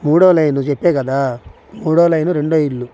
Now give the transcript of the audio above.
మూడవ లైను చెప్పాను కదా మూడవ లైను రెండవ ఇల్లు